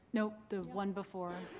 nope. the one before.